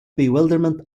bewilderment